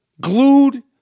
glued